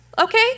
Okay